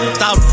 Stop